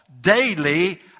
daily